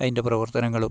അതിൻ്റെ പ്രവർത്തനങ്ങളും